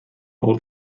all